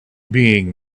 being